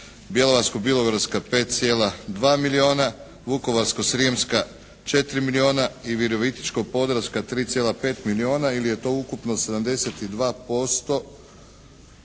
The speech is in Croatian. Bjelovarsko-bilogorska 5,2 milijuna, Vukovarsko-srijemska 4 milijuna i Virovitičko-podravska 3,5 milijuna ili je to ukupno 72%